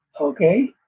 Okay